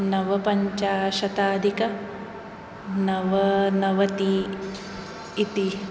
नवपञ्चाशत् अधिकनवनवति इति